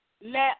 Let